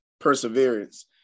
perseverance